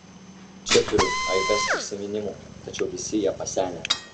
čia turiu aibes prisiminimų tačiau visi jie pasenę